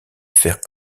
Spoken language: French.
faire